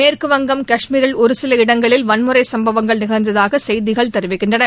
மேற்குவங்கம் கஷ்மீரில் ஒரு சில இடங்களில் வன்முறை சம்பவங்கள் நிகழ்ந்ததாக செய்திகள் தெரிவிக்கின்றன